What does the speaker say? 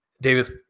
Davis